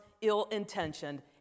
ill-intentioned